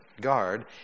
guard